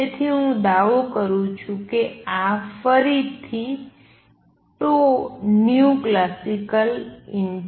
તેથી હું દાવો કરું છું કે આ ફરીથી classicalh છે